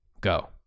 go